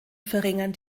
verringern